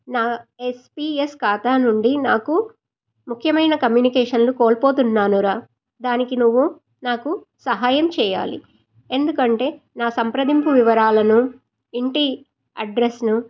నా ఎస్పీఎస్ ఖాతా నుండి నాకు ముఖ్యమైన కమ్యూనికేషన్లు కోల్పోతున్నానురా దానికి నువ్వు నాకు సహాయం చెయ్యాలి ఎందుకంటే నా సంప్రదింపు వివరాలను ఇంటి అడ్రస్ను